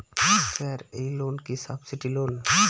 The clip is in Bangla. স্যার এই লোন কি সাবসিডি লোন?